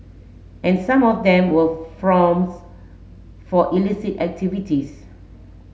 and some of them were fronts for illicit activities